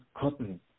cotton